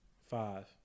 five